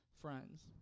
friends